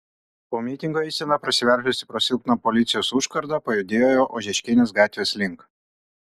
po mitingo eisena prasiveržusi pro silpną policijos užkardą pajudėjo ožeškienės gatvės link